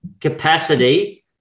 capacity